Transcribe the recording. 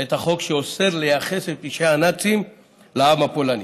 את החוק שאוסר לייחס את פשעי הנאצים לעם הפולני.